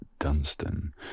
Dunstan